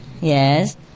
yes